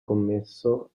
commesso